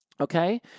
Okay